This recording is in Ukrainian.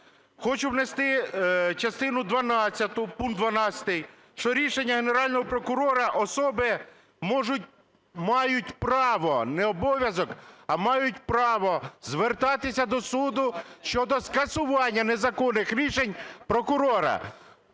частину 12, пункт 12, що рішення Генерального прокурора, особи мають право, не обов'язок, а мають право звертатися до суду щодо скасування незаконних рішень прокурора.